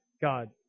God